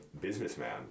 businessman